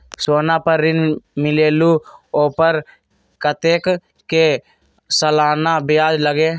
सोना पर ऋण मिलेलु ओपर कतेक के सालाना ब्याज लगे?